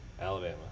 Alabama